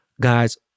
Guys